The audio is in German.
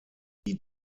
die